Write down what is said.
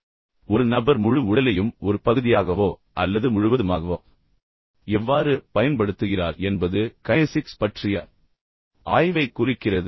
எனவே ஒரு நபர் முழு உடலையும் ஒரு பகுதியாகவோ அல்லது முழுவதுமாகவோ எவ்வாறு பயன்படுத்துகிறார் என்பது கைனெஸிக்ஸ் பற்றிய ஆய்வை குறிக்கிறது